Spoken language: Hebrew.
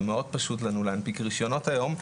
ומאוד פשוט לנו להנפיק רישיונות היום,